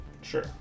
Sure